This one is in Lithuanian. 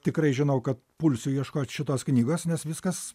tikrai žinau kad pulsiu ieškot šitos knygos nes viskas